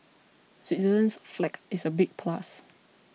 Switzerland's flag is a big plus